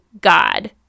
God